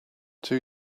two